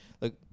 Look